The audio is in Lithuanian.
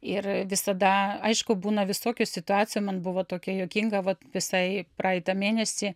ir visada aišku būna visokių situacijų man buvo tokia juokinga vat visai praeitą mėnesį